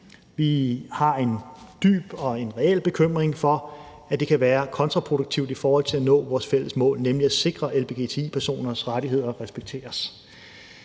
vi har en dyb og reel bekymring for, at det kan være kontraproduktivt i forhold til at nå vores fælles mål, nemlig at sikre, at lgbti-personers rettigheder respekteres.